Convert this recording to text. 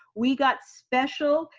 we got special.